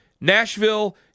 Nashville